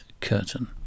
Curtain